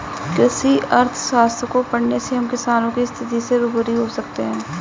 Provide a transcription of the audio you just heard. कृषि अर्थशास्त्र को पढ़ने से हम किसानों की स्थिति से रूबरू हो सकते हैं